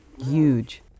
huge